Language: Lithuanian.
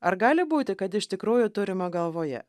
ar gali būti kad iš tikrųjų turima galvoje